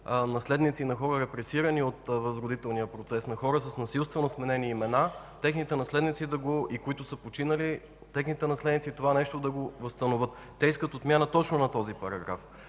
наследници на хора, репресирани от възродителния процес, на хора с насилствено сменени имена, и които са починали, техните наследници да възстановят това нещо. Те искат отмяна точно на този параграф.